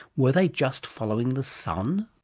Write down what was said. were they just following the sun?